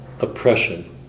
oppression